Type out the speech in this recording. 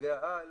תמלוגי העל